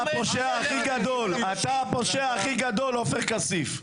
אתה הפושע הכי גדול, עופר כסיף.